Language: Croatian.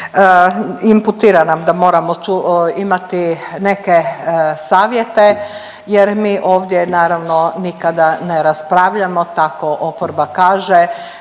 imputira nam da moramo tu imati neke savjete jer mi ovdje naravno nikada ne raspravljamo, tako oporba kaže